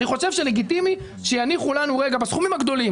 אני חושב שלגיטימי שנדע לגבי הסכומים הגדולים.